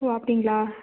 ஓ அப்படிங்களா